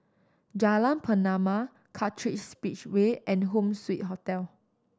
Jalan Pernama Kartright Speedway and Home Suite Hotel